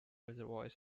reservoirs